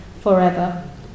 forever